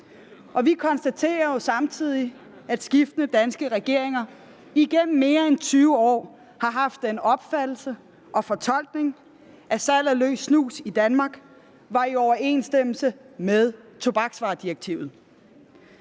vi konstaterer samtidig, at skiftende danske regeringer igennem mere end 20 år har haft den opfattelse og fortolkning, at salg af løs snus i Danmark er i overensstemmelse med tobaksvaredirektivet.